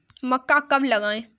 मक्का कब लगाएँ?